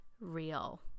real